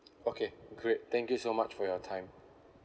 okay great thank you so much for your time